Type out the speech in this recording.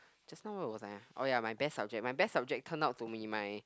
just now where was I oh ya my best subject my best subject turn out to be my